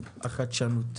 ורשות החדשנות.